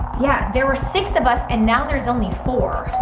yeah, there were six of us and now there's only four.